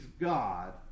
God